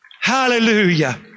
Hallelujah